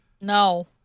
No